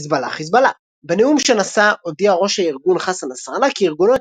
חזבאללה חזבאללה בנאום שנשא הודיע ראש הארגון חסן נסראללה כי ארגונו